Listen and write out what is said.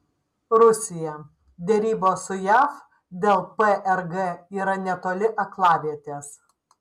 rusija derybos su jav dėl prg yra netoli aklavietės